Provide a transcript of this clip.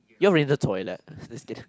you're in the toilet I'm just kidding